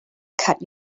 cut